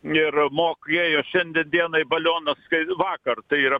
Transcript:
ir mokėjo šiandien dienai balionus kaip vakar tai yra